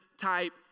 type